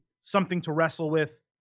something-to-wrestle-with